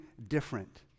Different